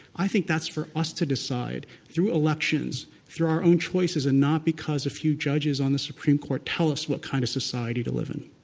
i think that's for us to decide through elections, through our own choices and not because a few judges on the supreme court tell us what kind of society to live in.